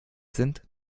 sind